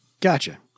Gotcha